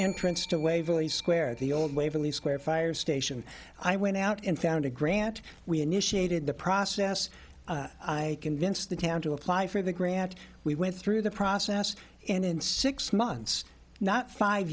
entrance to waverly square at the old waverly square fire station i went out and found a grant we initiated the process i convinced the town to apply for the grant we went through the process yes and in six months not five